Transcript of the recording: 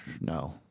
no